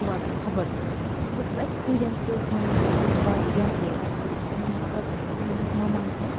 ژٕ واتکھ خبر کوٚت مطلب سُہ ایکٕسپیٖرَنَس تہِ ٲسۍ میٛانہِ خٲطرٕ واریاہ بوٚڈ اَکھ چیٖز اِوٕن مطلب میٛٲنۍ یۄس مَما چھےٚ